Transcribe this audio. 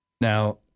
Now